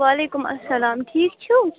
وعلیکُم اَسَلام ٹھیٖک چھُو